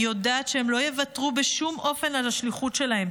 אני יודעת שהם לא יוותרו בשום אופן על השליחות שלהם.